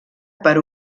per